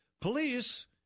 police